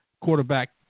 quarterback